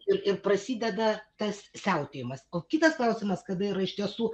ir ir prasideda tas siautėjimas o kitas klausimas kada iš tiesų